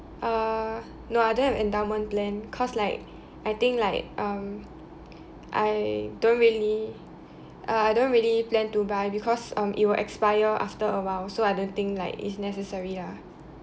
uh no I don't have endowment plan cause like I think like um I don't really uh I don't really plan to buy because um it will expire after a while so I don't think like it's necessary lah